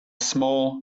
small